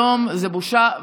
אתם חמש שנים,